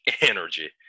energy